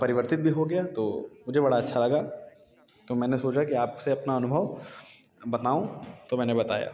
परिवर्तित भी हो गया तो मुझे बड़ा अच्छा लगा तो मैंने सोचा कि आप से अपना अनुभव बताऊँ तो मैंने बताया